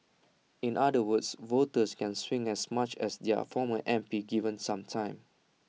in other words voters can swing as much as their former M P given some time